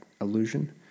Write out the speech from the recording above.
illusion